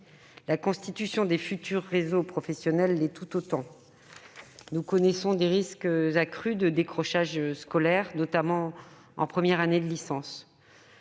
La constitution des futurs réseaux professionnels l'est tout autant. Nous connaissons des risques accrus de décrochage scolaire, notamment en première année de licence.